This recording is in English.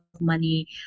money